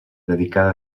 dedicada